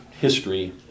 history